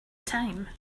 time